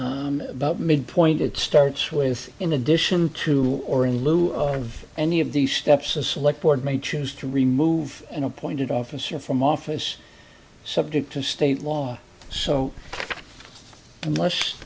officers about mid point it starts with in addition to or in lieu of any of these steps a select board may choose to remove an appointed officer from office subject to state law so unless